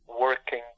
working